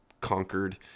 conquered